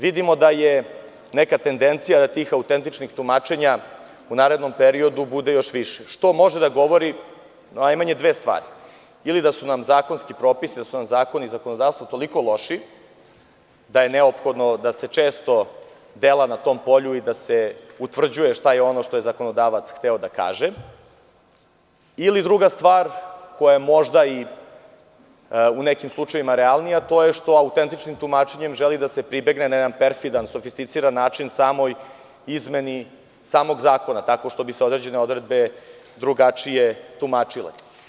Vidimo da je neka tendencija tih autentičnih tumačenja u narednom periodu da bude još više, što može da govori o najmanje dve stvari, ili da su nam zakoni i zakonodavstvo toliko loši, da je neophodno da se često deluje na tom polju i da se utvrđuje šta je ono što je zakonodavac hteo da kaže ili druga stvar koja možda jeste u nekim slučajevima realnija, a to je što autentičnim tumačenjem želi da se pribegne na jedan perfidan i sofisticiran način, samoj izmeni samog zakona, tako što bi se određene odredbe drugačije tumačile.